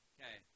Okay